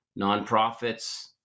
nonprofits